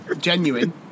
Genuine